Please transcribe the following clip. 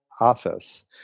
office